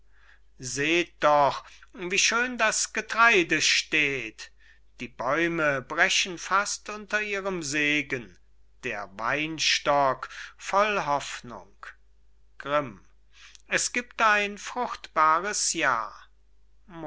seht doch wie schön das getraide steht die bäume brechen fast unter ihrem seegen der weinstock voll hoffnung grimm es gibt ein fruchtbares jahr